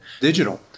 Digital